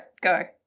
Go